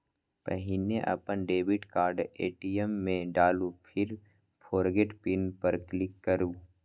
पहिने अपन debit card ATM मे डालू, फेर फोरगेट पिन पर क्लिक करू